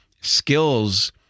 Skills